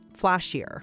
flashier